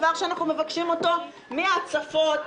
שזה דבר שאנחנו מבקשים אותו בגלל ההצפות,